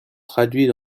traduits